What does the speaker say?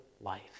life